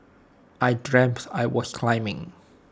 I dreams I was climbing